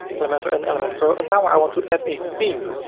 elementor and element pro, and now i want to add a theme.